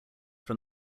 from